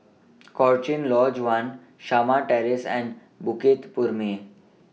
Cochrane Lodge one Shamah Terrace and Bukit Purmei